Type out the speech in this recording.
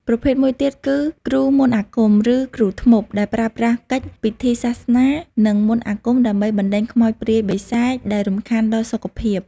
ប្រភេទមួយទៀតគឺ គ្រូមន្តអាគម ឬ គ្រូធ្មប់ ដែលប្រើប្រាស់កិច្ច ពិធីសាសនា និងមន្តអាគមដើម្បីបណ្តេញខ្មោចព្រាយបិសាចដែលរំខានដល់សុខភាព។